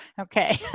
Okay